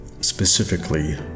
specifically